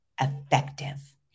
effective